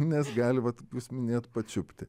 nes gali vat jūs minėjot pačiupti